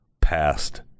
past